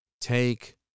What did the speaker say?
take